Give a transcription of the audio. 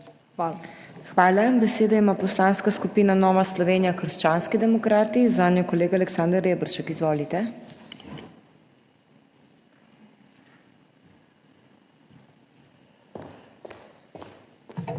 HOT: Hvala. Besedo ima Poslanska skupina Nova Slovenija Krščanski demokrati, zanjo kolega Aleksander Reberšek. Izvolite.